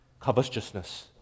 covetousness